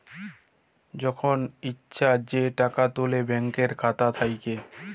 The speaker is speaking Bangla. যখল ইছা যে টাকা তুলে ব্যাংকের খাতা থ্যাইকে